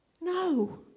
no